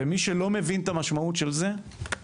ומי שלא מבין את המשמעות של זה, לצערי,